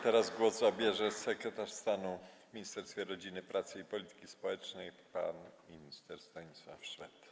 Teraz głos zabierze sekretarz stanu w Ministerstwie Rodziny, Pracy i Polityki Społecznej pan minister Stanisław Szwed.